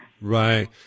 Right